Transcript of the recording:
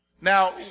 Now